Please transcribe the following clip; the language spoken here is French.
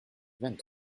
vingt